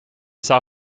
zou